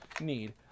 need